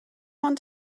ond